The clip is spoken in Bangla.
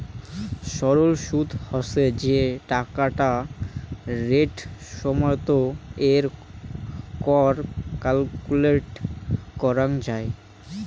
সরল সুদ হসে যে টাকাটা রেট সময়ত এর কর ক্যালকুলেট করাঙ যাই